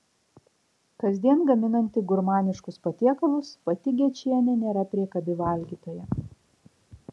kasdien gaminanti gurmaniškus patiekalus pati gečienė nėra priekabi valgytoja